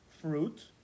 fruit